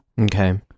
Okay